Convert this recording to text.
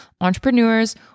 entrepreneurs